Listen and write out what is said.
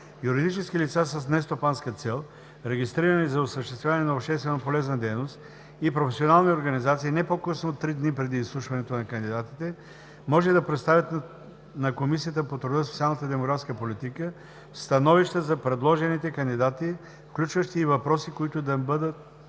Юридически лица с нестопанска цел, регистрирани за осъществяване на общественополезна дейност, и професионални организации не по-късно от три дни преди изслушването на кандидатите може да представят на Комисията по труда, социалната и демографската политика становища за предложените кандидати, включващи и въпроси, които да им бъдат